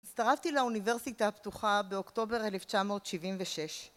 הצטרפתי לאוניברסיטה הפתוחה באוקטובר 1976